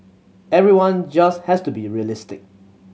everyone just has to be realistic